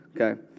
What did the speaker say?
okay